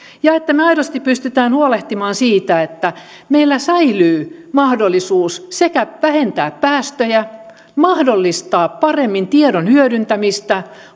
ja että me aidosti pystymme huolehtimaan siitä että meillä säilyy mahdollisuus vähentää päästöjä mahdollistaa paremmin tiedon hyödyntämistä